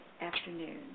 afternoon